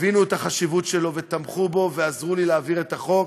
הבינו את החשיבות שלו ותמכו בו ועזרו לי להעביר את החוק.